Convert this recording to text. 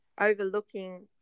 overlooking